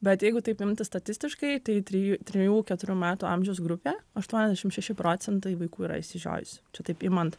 bet jeigu taip imti statistiškai tai tri trijų keturių metų amžiaus grupė aštuoniasdešim šeši procentai vaikų yra išsižiojusių čia taip imant